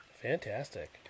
Fantastic